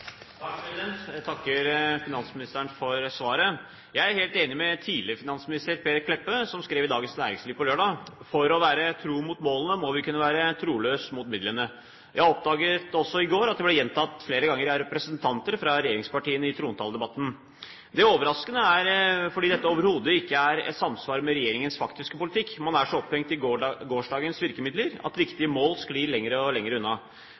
Jeg takker finansministeren for svaret. Jeg er helt enig med tidligere finansminister Per Kleppe, som skrev i Dagens Næringsliv på lørdag at «for å være tro mot målene må vi kunne være troløs mot midlene». Jeg oppdaget i går at det ble gjentatt flere ganger av representanter fra regjeringspartiene i trontaledebatten. Det overraskende er at det overhodet ikke er i samsvar med regjeringens faktiske politikk. Man er så opphengt i gårsdagens virkemidler at viktige mål sklir lenger og lenger unna.